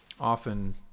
often